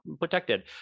protected